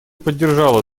поддержала